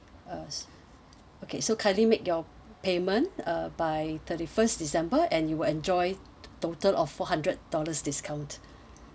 uh s~ okay so kindly make your payment uh by thirty first december and you will enjoy total of four hundred dollars discount